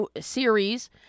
series